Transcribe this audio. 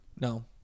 no